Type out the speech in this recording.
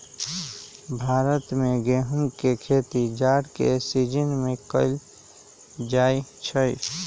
भारत में गेहूम के खेती जाड़ के सिजिन में कएल जाइ छइ